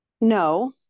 No